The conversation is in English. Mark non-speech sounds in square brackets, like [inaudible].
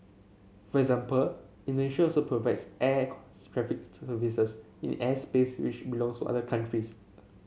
for example Indonesia also provides air [unintelligible] services in airspace which belongs to other countries